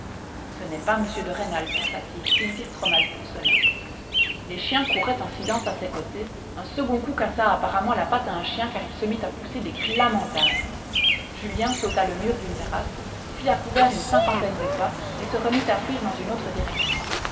ce n'est pas m de rênal pensa-t-il il tire trop mal pour cela les chiens couraient en silence à ses côtés un second coup cassa apparemment la patte à un chien car il se mit à pousser des cris lamentables julien sauta le mur d'une terrasse fit à couvert une cinquantaine de pas et se remit à fuir dans une autre direction